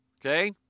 Okay